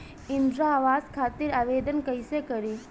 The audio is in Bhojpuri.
इंद्रा आवास खातिर आवेदन कइसे करि?